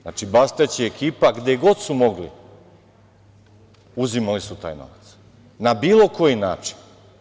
Znači, Bastać i ekipa, gde god su mogli, uzimali su taj novac na bilo koji način.